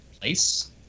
place